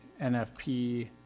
NFP